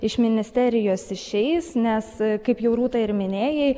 iš ministerijos išeis nes kaip jau rūta ir minėjai